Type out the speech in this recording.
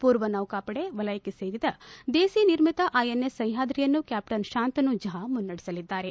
ಪೂರ್ವ ನೌಕಾಪಡೆ ವಲಯಕ್ಕೆ ಸೇರಿದ ದೇಸಿ ನಿರ್ಮಿತ ಐಎನ್ಎಸ್ ಸಹ್ವಾದ್ರಿಯನ್ನು ಕ್ವಾಪ್ಟನ್ ಶಂತನು ಝಾ ಮುನೈಡಸಲಿದ್ದಾರೆ